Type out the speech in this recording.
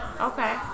Okay